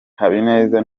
habineza